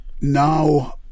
now